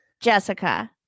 Jessica